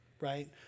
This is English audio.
right